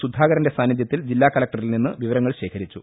സുധാ കരന്റെ സാന്നിധ്യത്തിൽ ജില്ലാ കലക്ടറിൽ നിന്ന് വിവരങ്ങൾ ശേഖരിച്ചു